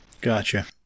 Gotcha